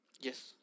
Yes